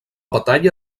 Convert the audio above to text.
batalla